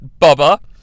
Bubba